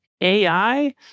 AI